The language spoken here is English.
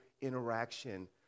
interaction